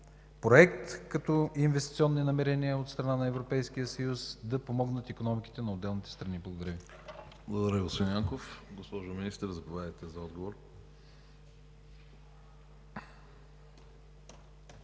Проект като инвестиционни намерения от страна на Европейския съюз да помогне на икономиките на отделните страни. Благодаря Ви.